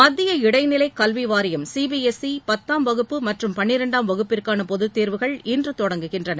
மத்திய இடைநிலை கல்வி வாரியம் சி பி எஸ் இ பத்தாம் வகுப்பு மற்றும் பனிரெண்டாம் வகுப்பிற்கான பொதுத்தேர்வுகள் இன்று தொடங்குகின்றன